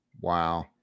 wow